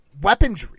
weaponry